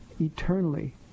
eternally